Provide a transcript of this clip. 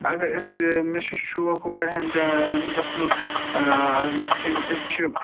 اگر أسۍ مےٚ چھُ شوق واریاہَن جایَن گژھُنک یِتھ کٔنۍ أسۍ چھِ